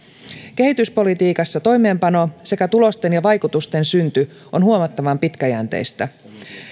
kehityspolitiikassa toimeenpano sekä tulosten ja vaikutusten synty on huomattavan pitkäjänteistä